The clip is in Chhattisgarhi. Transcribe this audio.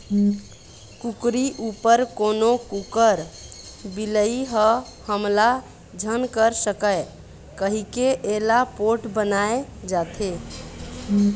कुकरी उपर कोनो कुकुर, बिलई ह हमला झन कर सकय कहिके एला पोठ बनाए जाथे